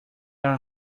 are